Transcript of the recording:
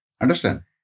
Understand